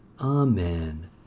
Amen